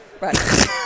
Right